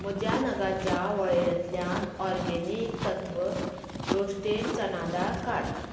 म्हज्या नगाच्या वळेरेंतल्यान ऑरगॅनीक तत्व रोस्टेड चना दाळ काड